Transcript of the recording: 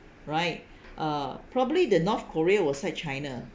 right uh probably the north korea will side china